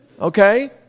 Okay